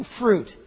fruit